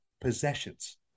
possessions